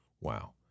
wow